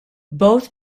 both